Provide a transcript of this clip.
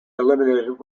eliminated